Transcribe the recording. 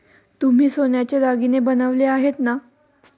तुम्ही सोन्याचे दागिने बनवले आहेत ना?